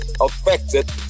affected